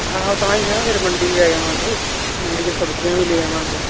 ਆਹੋ ਤਾਂ ਹੀ ਨਾ ਫਿਰ ਮੰਡੀ ਵੀ ਜਾ ਆਵਾਂਗੇ ਮੰਡੀ ਤੋਂ ਸਬਜ਼ੀਆਂ ਵੀ ਲੈ ਆਵਾਂਗੇ